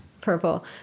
purple